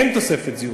אין תוספת זיהום.